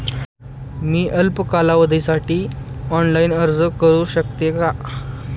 मी अल्प कालावधीसाठी ऑनलाइन अर्ज करू शकते का?